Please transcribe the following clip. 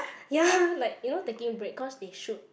ya like you know taking break because they shoot